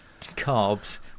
carbs